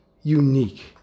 unique